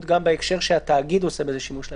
גם בהקשר שהתאגיד עושה בזה שימוש לרעה.